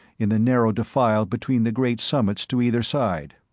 in the narrow defile between the great summits to either side.